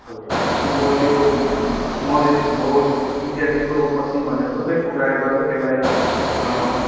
हजुर अन्त त्यो मधेस भोट इत्यादि पूर्व पश्चिम भनेर सबै पुकारेर चाहिँ त्यसलाई